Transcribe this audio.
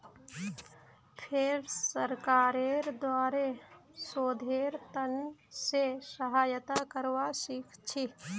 फेर सरकारेर द्वारे शोधेर त न से सहायता करवा सीखछी